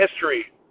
history